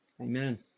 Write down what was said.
Amen